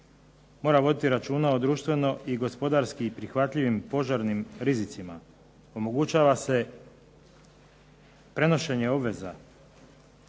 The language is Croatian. mora voditi računa o društveno i gospodarski prihvatljivim požarnim rizicima. Omogućava se prenošenje obveza